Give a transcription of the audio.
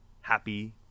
happy